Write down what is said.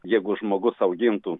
jeigu žmogus augintų